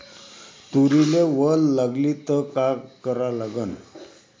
तुरीले वल लागली त का करा लागन?